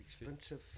expensive